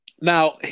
Now